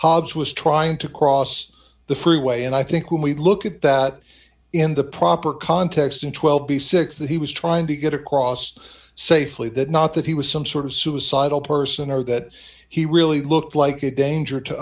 hobbs was trying to cross the freeway and i think when we look at that in the proper context in twelve b six that he was trying to get across safely that not that he was some sort of suicidal person or that he really looked like a danger to